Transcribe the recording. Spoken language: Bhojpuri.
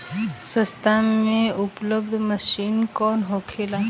सस्ता में उपलब्ध मशीन कौन होखे?